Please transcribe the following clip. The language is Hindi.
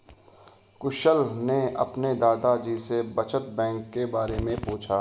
कुशल ने अपने दादा जी से बचत बैंक के बारे में पूछा